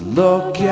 look